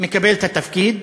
מקבל את התפקיד,